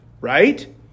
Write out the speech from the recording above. right